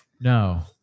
No